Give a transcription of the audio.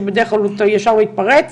כשבדרך כלל הוא ישר מתפרץ.